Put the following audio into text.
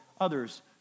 others